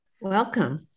Welcome